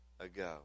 ago